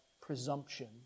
presumption